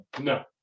No